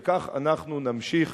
וכך אנחנו נמשיך